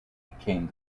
became